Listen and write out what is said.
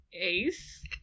Ace